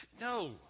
no